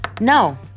no